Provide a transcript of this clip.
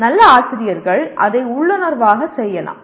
நல்ல ஆசிரியர்கள் அதை உள்ளுணர்வாக செய்யலாம்